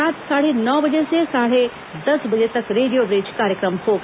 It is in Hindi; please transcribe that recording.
रात साढ़े नौ बजे से साढ़े दस बजे तक रेडियो ब्रिज कार्यक्रम होगा